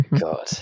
God